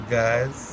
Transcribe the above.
guys